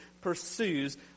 pursues